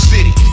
City